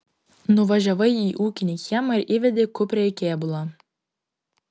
nuvažiavai į ūkinį kiemą ir įvedei kuprę į kėbulą